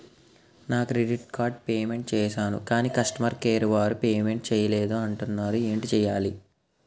నా credit card payment చేసాను కాని కస్టమర్ కేర్ వారు పే చేయలేదు అంటున్నారు ఏంటి చేయాలి?